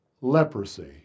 leprosy